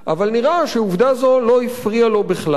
אבל נראה שעובדה זו לא הפריעה לו בכלל.